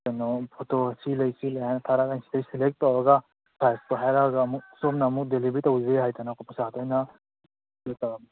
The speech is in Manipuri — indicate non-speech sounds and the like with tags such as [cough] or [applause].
ꯀꯩꯅꯣ ꯐꯣꯇꯣ ꯁꯤ ꯂꯩ ꯁꯤ ꯂꯩ ꯍꯥꯏꯅ ꯊꯥꯔꯛꯑꯒ ꯑꯩꯅ ꯁꯤꯗꯩ ꯁꯦꯂꯦꯛ ꯇꯧꯔꯒ ꯄ꯭ꯔꯥꯏꯖꯇꯨ ꯍꯥꯏꯔꯛꯑꯒ ꯑꯃꯨꯛ ꯁꯣꯝꯅ ꯑꯃꯨꯛ ꯗꯤꯂꯤꯕꯔꯤ ꯇꯧꯕꯤꯕ ꯌꯥꯏꯗꯅꯀꯣ ꯄꯩꯁꯥꯗꯣ ꯑꯩꯅ [unintelligible]